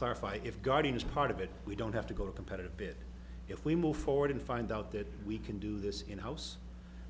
clarify if guardian is part of it we don't have to go to a competitive bid if we move forward and find out that we can do this in house